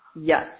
Yes